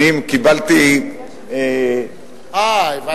קיבלתי, אהה, הבנתי.